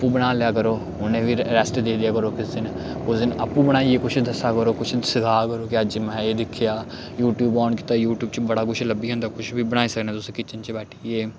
आपूं बना लेआ करो उ'नें बी रैस्ट दे देआ करो किस दिन कुस दिन आपूं बनाइयै कुछ दस्सा करो कुछ सखा करो कि अज्ज में एह् दिक्खेआ यूट्यूब आन कीता यूट्यूब च बड़ा कुछ लब्भी जंदा कुछ बी बनाई सकनें तुस किचन च बैठियै